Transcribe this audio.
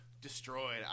Destroyed